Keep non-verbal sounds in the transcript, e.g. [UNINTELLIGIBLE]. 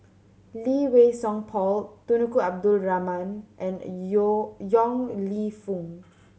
Lee Wei Song Paul [UNINTELLIGIBLE] Abdul Rahman and Yeo Yong Lew Foong